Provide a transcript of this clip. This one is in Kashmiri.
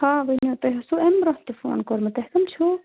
آ ؤنِو تُہۍ ٲسوٕ اَمہِ برٛونٛہہ تہِ فون کوٚرمُت تۄہہِ کٕم چھِو